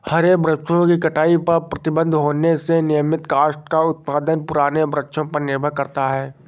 हरे वृक्षों की कटाई पर प्रतिबन्ध होने से नियमतः काष्ठ का उत्पादन पुराने वृक्षों पर निर्भर करता है